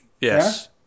yes